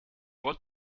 what